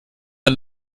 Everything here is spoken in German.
und